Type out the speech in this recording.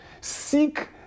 Seek